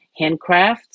handcrafts